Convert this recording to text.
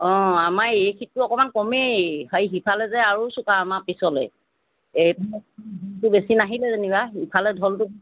অঁ আমাৰ এইখিনিতটো অকণমান কমেই সেই সিফালে যে আৰু চোকা আমাৰ পিছলৈ এই বেছি নাহিলে যেনিবা ইফালে ঢলটো